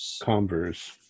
Converse